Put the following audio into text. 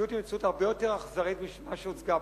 והמציאות היא הרבה יותר אכזרית ממה שהוצג פה.